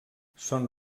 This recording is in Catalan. són